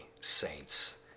saints